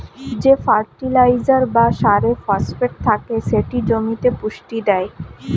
যে ফার্টিলাইজার বা সারে ফসফেট থাকে সেটি জমিতে পুষ্টি দেয়